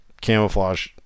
camouflage